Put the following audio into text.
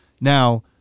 Now